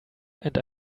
and